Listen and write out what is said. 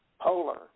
polar